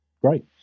great